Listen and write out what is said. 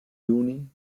juni